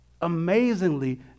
amazingly